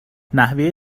نحوه